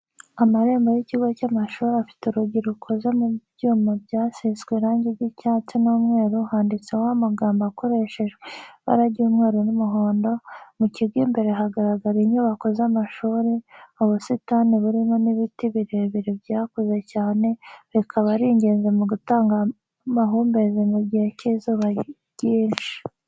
Amarembo y'ikigo cy'amashuri afite urugi rukoze mu byuma byasizwe irangi ry'icyatsi n'umweru handitseho amagambo akoreshejwe ibara ry'umweru n'umuhondo, mu kigo imbere hagaragara inyubako z'amashuri, ubusitani burimo n'ibiti birebire byakuze cyane, bikaba ari ingenzi mu gutanga amahumbezi mu gihe cy'izuba ryinshi.